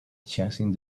chasing